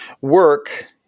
work